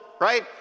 right